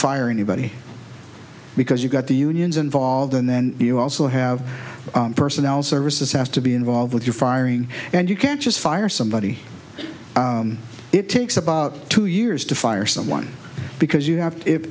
fire anybody because you've got the unions involved and then you also have personnel services has to be involved with your firing and you can't just fire somebody it takes about two years to fire someone because you have